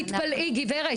תתפלאי גברת,